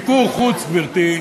גברתי,